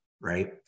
right